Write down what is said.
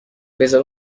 بزار